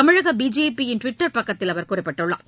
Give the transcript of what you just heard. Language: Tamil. தமிழக பிஜேபியின் டுவிட்டர் பக்கத்தில் அவர் குறிப்பிட்டுள்ளார்